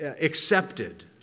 accepted